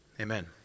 Amen